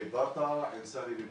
זה ברטעא, מועאוויה,